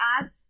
add